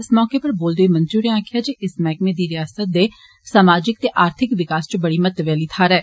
इस मौके उप्पर बोलदे होई मंत्री होरें आक्खेआ जे इस मैहकमें दी रियासत दे समाजिक ते आर्थिक विकास च बड़ी महत्वै आली थाहर ऐ